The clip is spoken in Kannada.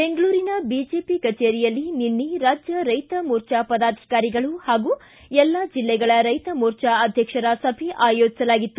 ಬೆಂಗಳೂರಿನ ಬಿಜೆಪಿ ಕಜೇರಿಯಲ್ಲಿ ನಿನ್ನೆ ರಾಜ್ಯ ರೈತ ಮೋರ್ಚಾ ಪದಾಧಿಕಾರಿಗಳು ಹಾಗೂ ಎಲ್ಲಾ ಜಿಲ್ಲೆಗಳ ರೈತ ಮೋರ್ಚಾ ಅಧ್ಯಕ್ಷರ ಸಭೆ ಆಯೋಜಿಸಲಾಗಿತ್ತು